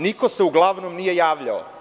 Niko se uglavnom nije javljao.